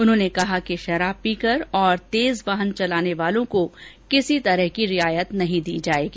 उन्होंने कहा कि शराब पीकर और तेज वाहन चालकों को किसी प्रकार की रियायत नहीं दी जायेगी